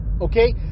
Okay